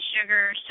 sugar